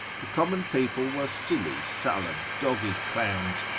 the common people were silly, sullen, dogged clowns,